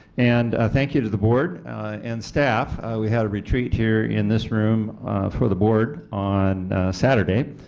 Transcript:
and thank you to the board and staff we had a retreat here in this room for the board on saturday.